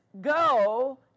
go